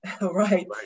Right